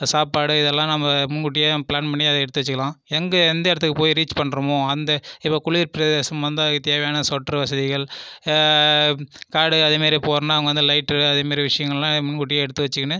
சாப்பாடு இதெல்லாம் நம்ம முன்கூட்டியே பிளான் பண்ணி அதை எடுத்து வெச்சிக்கலாம் எங்கே எந்த இடத்துக்கு போய் ரீச் பண்ணுறமோ அந்த இப்போது குளிர் பிரதேசம் வந்த அதுக்கு தேவையான சொட்டர் வசதிகள் காடு அதே மாதிரி போனால் அங்கே வந்து போனால் லைட்டர் அதே மாதிரி விஷயங்கள்லாம் முன்கூட்டியே எடுத்துவெச்சிக்குனு